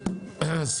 אני פותח את הישיבה.